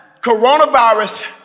Coronavirus